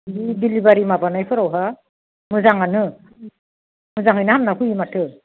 बै डिलिभारि माबानायफोरावबो मोजाङानो मोजाङैनो हामना फैयो माथो